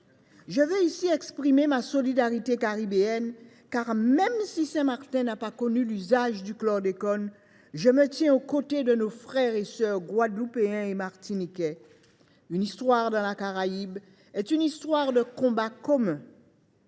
Je veux ici exprimer ma solidarité caribéenne. Même si Saint Martin n’a pas connu l’usage du chlordécone, je me tiens aux côtés de nos frères et sœurs guadeloupéens et martiniquais. L’histoire de la Caraïbe est une histoire de combats communs